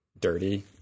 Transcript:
dirty